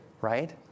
Right